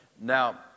Now